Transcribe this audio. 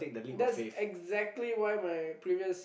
that's exactly why my previous